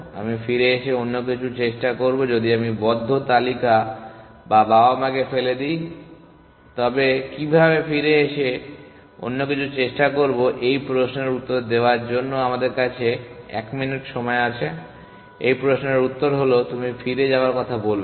আমি ফিরে এসে অন্য কিছু চেষ্টা করব যদি আমি বদ্ধ তালিকা বা বাবা মাকে ফেলে দেই তবে আমি কীভাবে ফিরে এসে অন্য কিছু চেষ্টা করব এই প্রশ্নের উত্তর দেওয়ার জন্য আমাদের কাছে 1 মিনিট সময় আছে এই প্রশ্নের উত্তর হল তুমি ফিরে যাওয়ার কথা বলবে না